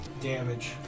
damage